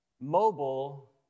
mobile